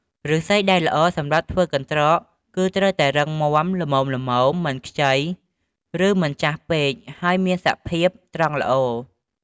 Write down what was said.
ឫស្សីដែលល្អសម្រាប់ធ្វើកន្រ្តក គឺត្រូវតែរឹងមាំ ល្មមៗ មិនខ្ចី ឬមិនចាស់ពេក ហើយមានសភាពត្រង់ល្អ។